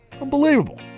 Unbelievable